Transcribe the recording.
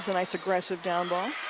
a nice, aggressive down ball.